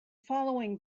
following